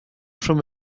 from